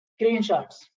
Screenshots